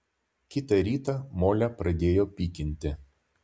kitą rytą molę pradėjo pykinti